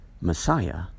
Messiah